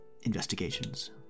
investigations